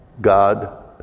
God